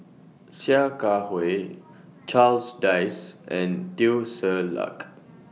Sia Kah Hui Charles Dyce and Teo Ser Luck